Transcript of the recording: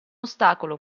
ostacolo